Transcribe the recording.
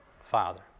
Father